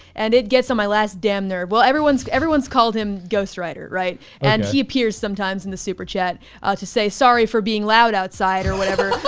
and it gets on my last damn there. well, everyone's, everyone's called him ghost writer. right. and he appears sometimes in the super chet to say, sorry for being loud outside or whatever,